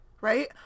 right